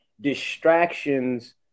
distractions